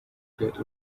get